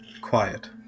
Quiet